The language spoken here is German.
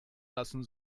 lassen